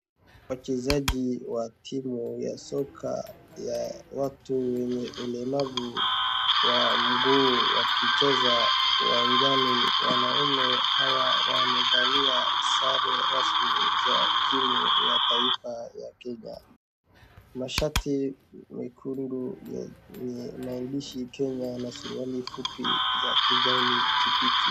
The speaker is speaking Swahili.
Wachezaji wa timu ya soka ya watu wenye ulemavu wa mguu wakicheza uwanjani. Wanaume hawa wamevalia sare rasmi za timu ya yaifu ya Kenya. Mashati mekundu yenye maandishi Kenya na suruali fupi za kijani kibichi.